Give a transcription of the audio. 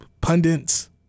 pundits